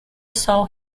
saw